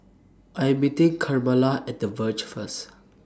I Am meeting Carmella At The Verge First